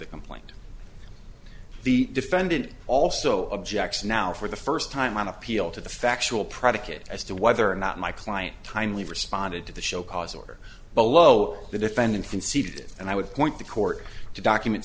the complaint the defendant also objects now for the first time on appeal to the factual predicate as to whether or not my client kindly responded to the show cause order below the defendant conceded and i would point the court document